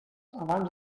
abans